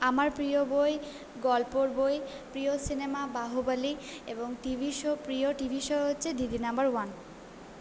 আমার প্রিয় বই গল্পর বই প্রিয় সিনেমা বাহুবালী এবং টি ভি শো প্রিয় টি ভি শো হচ্ছে দিদি নাম্বার ওয়ান